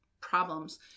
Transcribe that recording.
problems